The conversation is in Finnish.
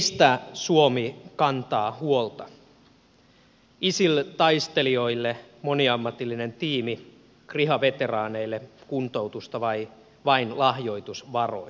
keistä suomi kantaa huolta isil taistelijoille moniammatillinen tiimi kriha veteraaneille kuntoutusta vai vain lahjoitusvaroin